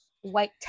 White